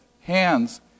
hands